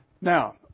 Now